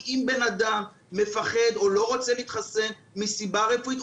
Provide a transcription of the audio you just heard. כי אם בן אדם מפחד או לא רוצה להתחסן מסיבה רפואית,